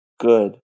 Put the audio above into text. good